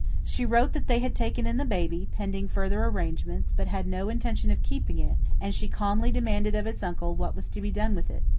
she wrote that they had taken in the baby, pending further arrangements, but had no intention of keeping it and she calmly demanded of its uncle what was to be done with it.